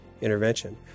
intervention